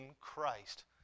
Christ